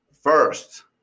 first